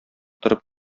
торып